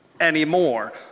anymore